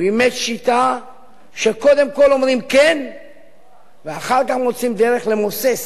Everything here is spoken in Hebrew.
הוא אימץ שיטה שקודם כול אומרים כן ואחר כך מוצאים דרך למוסס